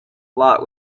lot